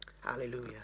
Hallelujah